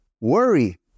Worry